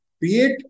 create